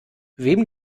wem